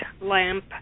lamp